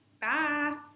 Bye